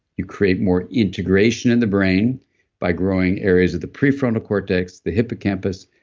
you create more integration in the brain by growing areas of the prefrontal cortex, the hippocampus,